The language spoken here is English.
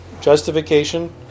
justification